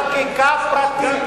חבר הכנסת נסים זאב.